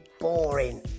boring